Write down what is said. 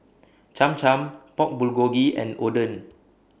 Cham Cham Pork Bulgogi and Oden